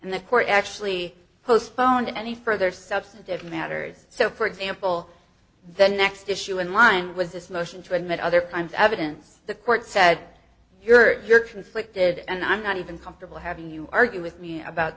and the court actually postponed any further substantive matters so for example the next issue in line was this motion to admit other kinds of evidence the court said you're conflicted and i'm not even comfortable having you argue with me about